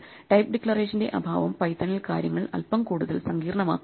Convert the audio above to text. type ഡിക്ലറേഷന്റെ അഭാവം പൈത്തണിൽ കാര്യങ്ങൾ അല്പം കൂടുതൽ സങ്കീർണ്ണമാക്കും